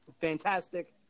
fantastic